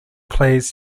plays